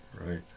right